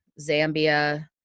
Zambia